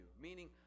meaning